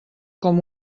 com